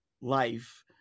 life